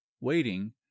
waiting